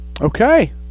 Okay